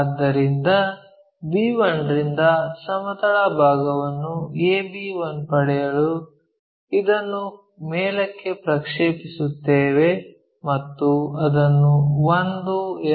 ಆದ್ದರಿಂದ b1 ರಿಂದ ಸಮತಲ ಭಾಗವನ್ನು a b1 ಪಡೆಯಲು ಇದನ್ನು ಮೇಲಕ್ಕೆ ಪ್ರಕ್ಷೇಪಿಸುತ್ತೇವೆ ಮತ್ತು ಅದನ್ನು 1 ಎಂದು ಹೆಸರಿಸಲಿದ್ದೇವೆ